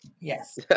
Yes